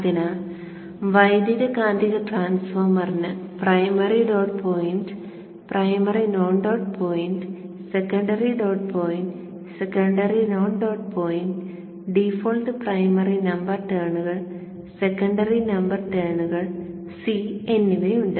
അതിനാൽ വൈദ്യുതകാന്തിക ട്രാൻസ്ഫോർമറിന് primary dot point primary non dot point secondary dot point secondary non dot point default primary number ടേണുകൾ secondary number ടേണുകൾ C എന്നിവയുണ്ട്